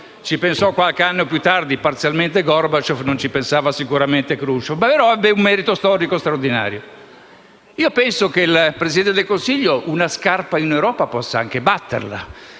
ci pensò qualche anno più tardi, parzialmente, Gorbaciov, e non ci pensava certamente Kruscev, che ebbe però un merito storico straordinario. Penso che il Presidente del Consiglio una scarpa in Europa possa anche batterla,